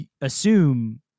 assume